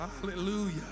Hallelujah